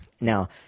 Now